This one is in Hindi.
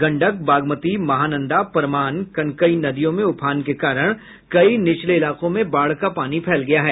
गंडक बागमती महानंदा परमान कनकई नदियों में उफान के कारण कई निचले इलाकों में बाढ़ का पानी फैल गया है